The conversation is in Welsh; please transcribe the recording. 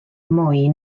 mwy